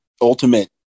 ultimate